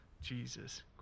Jesus